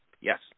yes